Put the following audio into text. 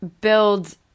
build